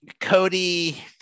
Cody